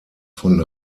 von